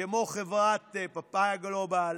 כמו חברת פאפאיה גלובל,